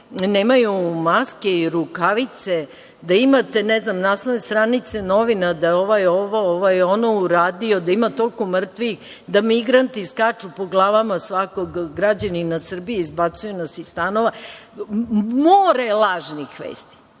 nemaju maske i rukavice, da imate naslovne stranice novina da je ovaj ono ili ono uradio, da ima toliko mrtvih, da migranti skaču po glavama svakog građanina Srbije, izbacuju nas iz stanova, more lažnih vesti